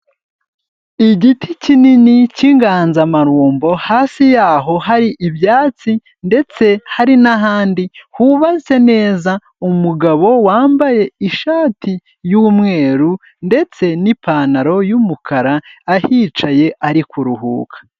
Igiti kinini cy'inganzamarumbo, hasi yaho hari ibyatsi ndetse hari n'ahandi hubatse neza, umugabo wambaye ishati y'umweru ndetse n'ipantaro y'umukara ahicaye, ari kuruhuka.